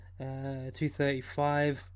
235